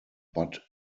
but